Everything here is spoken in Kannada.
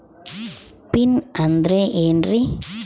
ಪಿನ್ ಅಂದ್ರೆ ಏನ್ರಿ?